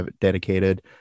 dedicated